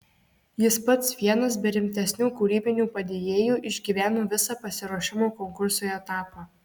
jis pats vienas be rimtesnių kūrybinių padėjėjų išgyveno visą pasiruošimo konkursui etapą